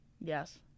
Yes